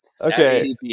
Okay